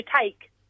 take